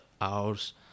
hours